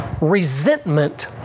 resentment